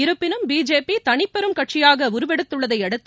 இருப்பினும் பிஜேபி தனிப்பெரும் கட்சியாக உருவெடுத்துள்ளதையடுத்து